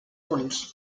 punts